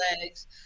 legs